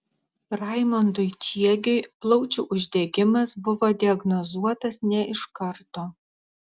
raimondui čiegiui plaučių uždegimas buvo diagnozuotas ne iš karto